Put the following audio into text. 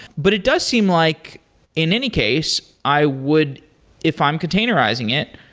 but it does seem like in any case i would if i'm containerizing it,